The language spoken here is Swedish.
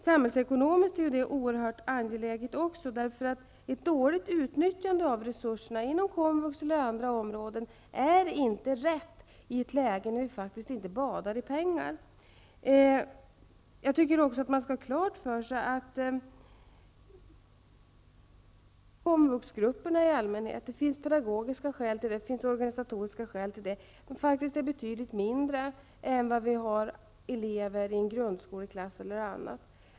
Samhällsekonomiskt är det också oerhört angeläget, därför att ett dåligt utnyttjande av resurserna inom komvux eller på andra områden är inte rätt, i ett läge när vi inte badar i pengar. Man skall också ha klart för sig att komvuxgrupperna i allmänhet -- av pedagogiska skäl och organisatoriska skäl -- är betydligt mindre än grundskoleklasserna.